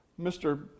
Mr